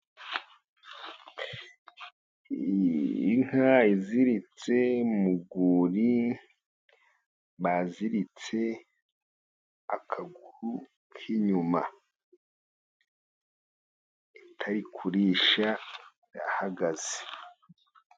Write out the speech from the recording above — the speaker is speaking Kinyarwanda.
Inka iziritse mu rwuri baziritse akaguru k'inyuma itari kurisha yahagaze.